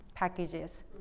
Packages